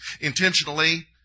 intentionally